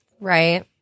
Right